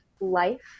life